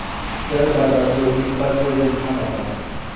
share बाजार ह्यो वित्ताचो येक भाग असा